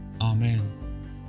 Amen